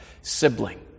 sibling